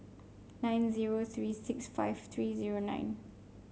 nine zero three six five three zero nine